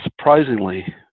surprisingly